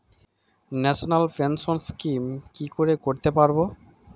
National pension scheme কি করে করতে পারব?